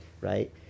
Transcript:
right